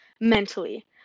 mentally